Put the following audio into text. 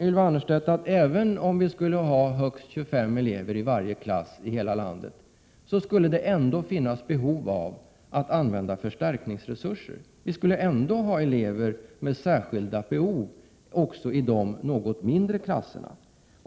Ylva Annerstedt att även om vi skulle ha högst 25 elever i varje klass i hela landet, skulle det finnas behov av förstärkningsresurser. Vi skulle ha elever med särskilda behov också i de något mindre klasserna.